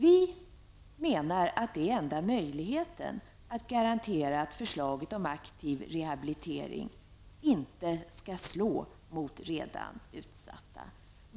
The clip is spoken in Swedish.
Vi menar att detta är den enda möjligheten att garantera att förslaget om aktiv rehabilitering inte slår mot redan utsatta.